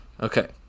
Okay